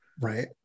Right